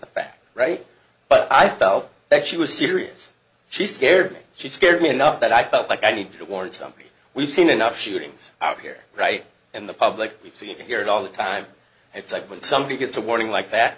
the fact right but i felt that she was serious she scared me she scared me enough that i felt like i need to warn somebody we've seen enough shootings out here right in the public we've seen it here and all the time it's like when somebody gets a warning like that